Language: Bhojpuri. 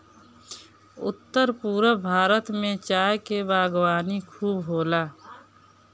उत्तर पूरब भारत में चाय के बागवानी खूब होला